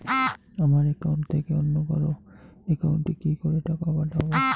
আমার একাউন্ট থেকে অন্য কারো একাউন্ট এ কি করে টাকা পাঠাবো?